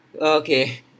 okay